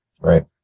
Right